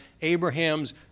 Abraham's